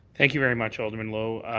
thank you very much, alderman lowe.